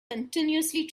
continuously